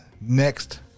next